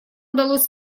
удалось